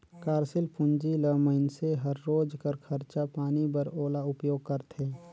कारसील पूंजी ल मइनसे हर रोज कर खरचा पानी बर ओला उपयोग करथे